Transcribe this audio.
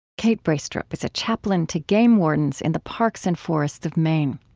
kate braestrup is a chaplain to game wardens in the parks and forests of maine.